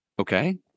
Okay